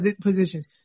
positions